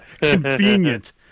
Convenient